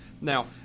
Now